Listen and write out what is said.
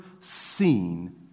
seen